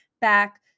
back